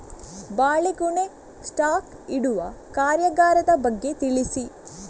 ಬಾಳೆಗೊನೆ ಸ್ಟಾಕ್ ಇಡುವ ಕಾರ್ಯಗಾರದ ಬಗ್ಗೆ ತಿಳಿಸಿ